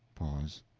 pause.